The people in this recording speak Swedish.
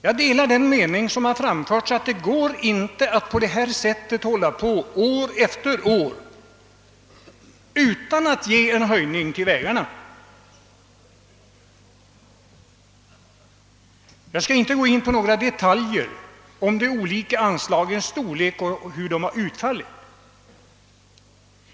Jag delar den mening som har framförts att det inte går att på detta sätt år efter år underlåta att höja anslagen till vägarna, men jag skall inte gå in på några detaljer beträffande de olika anslagens storlek och hur de har utfallit.